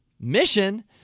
mission